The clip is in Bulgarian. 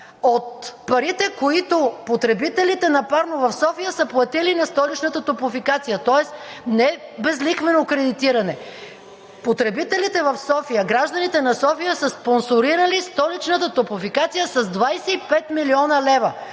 от парите, които потребителите на парно в София са платили на Столичната топлофикация, тоест не е безлихвено кредитиране. Потребителите в София, гражданите на София са спонсорирали Столичната топлофикация с 25 млн. лв.